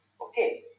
okay